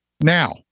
Now